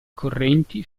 correnti